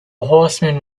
horseman